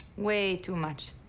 way too much.